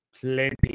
plenty